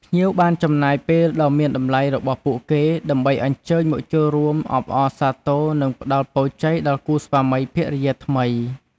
ភ្ញៀវបានចំណាយពេលដ៏មានតម្លៃរបស់ពួកគេ ដើម្បីអញ្ជើញមកចូលរួមអបអរសាទរ និងផ្តល់ពរជ័យដល់គូស្វាមីភរិយាថ្មី។